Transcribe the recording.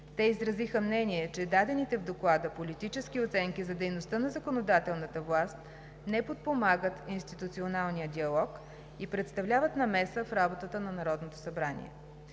Те изразиха мнение, че дадените в Доклада политически оценки за дейността на законодателната власт не подпомагат институционалния диалог и представляват намеса в работата на Народното събрание.